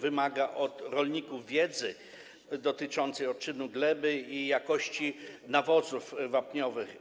Wymaga od rolników wiedzy dotyczącej odczynu gleby i jakości nawozów wapniowych.